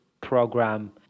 program